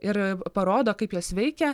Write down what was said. ir parodo kaip jos veikia